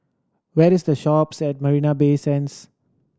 where is The Shoppes at Marina Bay Sands